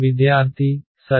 విద్యార్థి సరే